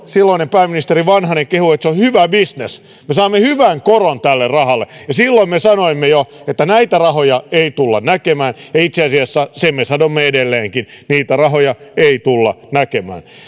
silloinen pääministeri vanhanen kehui että se on hyvä bisnes me saamme hyvän koron tälle rahalle silloin me sanoimme jo että näitä rahoja ei tulla näkemään ja itse asiassa sen me sanomme edelleenkin niitä rahoja ei tulla näkemään